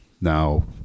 now